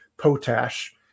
potash